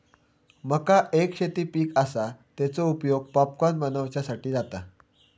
मका एक शेती पीक आसा, तेचो उपयोग पॉपकॉर्न बनवच्यासाठी जाता